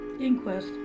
Inquest